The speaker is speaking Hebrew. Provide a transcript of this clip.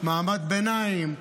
מעמד ביניים,